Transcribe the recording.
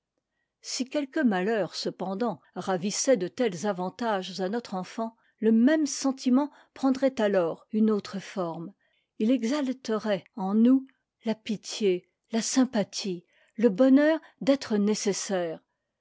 si quelque malheur cependant ravissait de tels avantages à notre enfant le même sentiment prendrait alors une autre forme il exalterait en nous la pitié la sympathie le bonheur d'être nécessaire